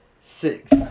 six